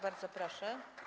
Bardzo proszę.